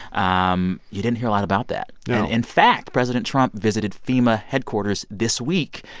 um you didn't hear a lot about that no in fact, president trump visited fema headquarters this week.